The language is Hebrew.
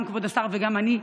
גם כבוד השר וגם אני,